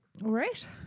Right